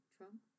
Trump